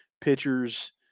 pitchers